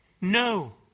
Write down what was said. No